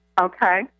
Okay